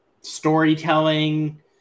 storytelling